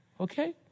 okay